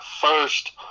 first